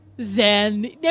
Zen